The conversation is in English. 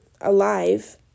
alive